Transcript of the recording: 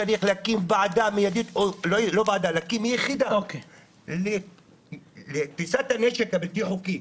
צריכים להקים יחידה לתפיסת הנשק הלא חוקי.